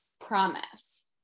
promise